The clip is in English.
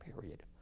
period